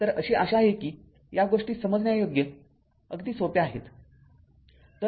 तर अशी आशा आहे की या गोष्टी समजण्यायोग्य अगदी सोप्या आहेत